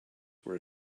were